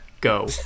go